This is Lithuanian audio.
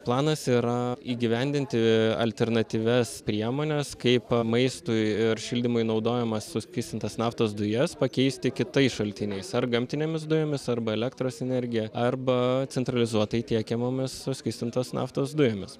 planas yra įgyvendinti alternatyvias priemones kaip maistui ir šildymui naudojamas suskystintas naftos dujas pakeisti kitais šaltiniais ar gamtinėmis dujomis arba elektros energija arba centralizuotai tiekiamomis suskystintos naftos dujomis